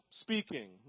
speaking